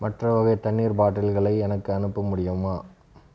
மற்ற வகை தண்ணீர் பாட்டில்களை எனக்கு அனுப்ப முடியுமா